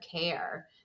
care